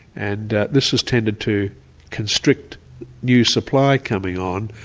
and this has tended to constrict new supply coming on,